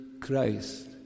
Christ